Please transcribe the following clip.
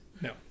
No